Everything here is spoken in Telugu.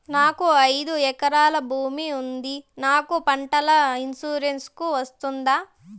నాకు ఐదు ఎకరాల భూమి ఉంది నాకు పంటల ఇన్సూరెన్సుకు వస్తుందా?